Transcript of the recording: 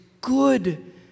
good